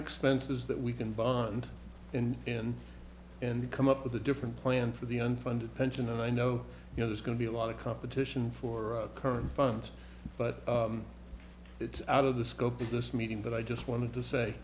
expenses that we can bond in and come up with a different plan for the unfunded pension and i know you know there's going to be a lot of competition for current funds but it's out of the scope of this meeting but i just wanted to say